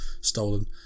stolen